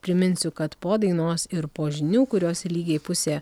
priminsiu kad po dainos ir po žinių kurios lygiai pusę